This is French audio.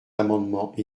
amendements